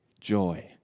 joy